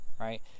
Right